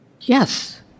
yes